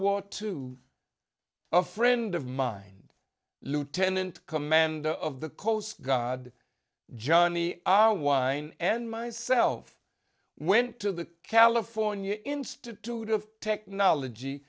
war two a friend of mine lieutenant commander of the coast god johnny allwine and myself went to the california institute of technology